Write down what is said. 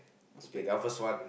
okay that one first one